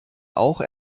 auch